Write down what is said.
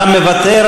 אתה מוותר,